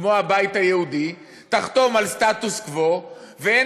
כמו הבית היהודי: תחתום על סטטוס-קוו ואין